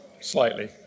slightly